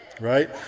right